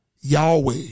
Yahweh